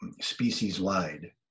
species-wide